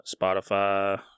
Spotify